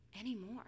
anymore